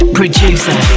producer